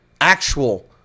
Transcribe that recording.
Actual